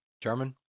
German